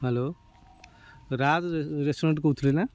hello Raj restaurant କହୁଥିଲେ ନା